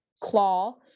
claw